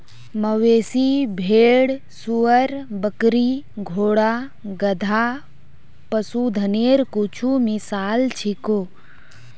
मवेशी, भेड़, सूअर, बकरी, घोड़ा, गधा, पशुधनेर कुछु मिसाल छीको